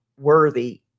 worthy